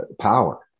power